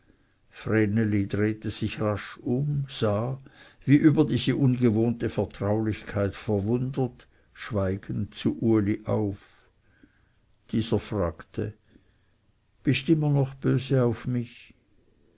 sich rasch um sah wie über diese ungewohnte vertraulichkeit verwundert schweigend zu uli auf dieser fragte bist noch immer böse auf mich